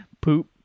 poop